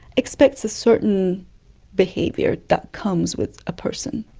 expects a certain behaviour that comes with a person.